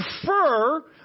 prefer